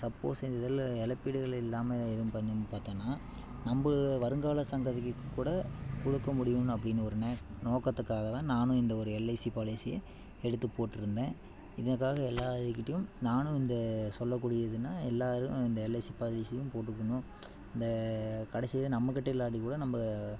suppose இந்த இதில் இழப்பீடுகள் இல்லாமல் எதுவும் பண்ணி பார்த்தோன்னா நம்மளுட வருங்கால சந்ததிக்கு கூட கொடுக்க முடியும் அப்படின்னு ஒரு ந நோக்கத்துக்காகதான் நானும் இந்த ஒரு எல்ஐசி பாலிசியை எடுத்து போட்டிருந்தேன் இதுக்காக எல்லார் கிட்டியும் நானும் இந்த சொல்லக்கூடிய இதுன்னால் எல்லாரும் இந்த எல்ஐசி பாலிசியும் போட்டுக்கணும் இந்த கடைசியில நம்மக்கிட்ட இல்லாட்டிக்கூட நம்ம